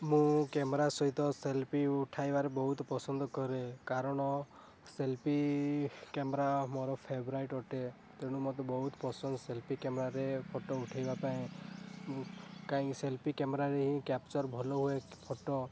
ମୁଁ କ୍ୟାମେରା ସହିତ ସେଲ୍ଫି ଉଠାଇବାରେ ବହୁତ ପସନ୍ଦ କରେ କାରଣ ସେଲ୍ଫି କ୍ୟାମେରା ମୋର ଫେଭରାଇଟ୍ ଅଟେ ତେଣୁ ମୋତେ ବହୁତ ପସନ୍ଦ ସେଲ୍ଫି କ୍ୟାମେରାରେ ଫଟୋ ଉଠାଇବା ପାଇଁ କାହିଁକି ସେଲ୍ଫି କ୍ୟାମେରାରେ ହିଁ କ୍ୟାପଚର ଭଲ ହୁଏ ଫଟୋ